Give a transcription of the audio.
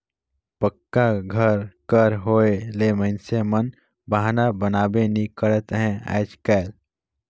पक्का घर कर होए ले मइनसे मन बहना बनाबे नी करत अहे आएज काएल